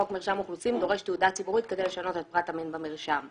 חוק מרשם אוכלוסין דורש תעודה ציבורית כדי לשנות את פרט המין במרשם.